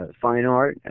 ah fine art, and